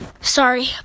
Sorry